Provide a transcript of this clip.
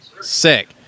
Sick